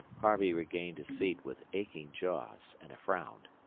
harvey regained his seat with aching jaws and a frown.